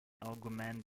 augment